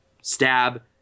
stab